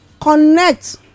Connect